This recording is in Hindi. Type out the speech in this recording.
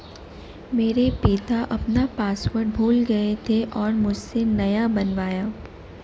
मेरे पिता अपना पासवर्ड भूल गए थे और मुझसे नया बनवाया